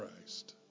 Christ